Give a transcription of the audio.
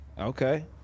Okay